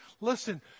Listen